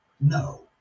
No